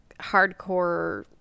hardcore